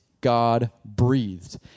God-breathed